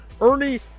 Ernie